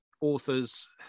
authors